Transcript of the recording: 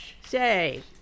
Say